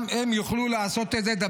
שגם הם יוכלו לעשות את זה,